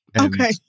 Okay